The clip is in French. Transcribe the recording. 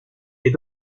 est